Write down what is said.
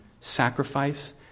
sacrifice